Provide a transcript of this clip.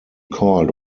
called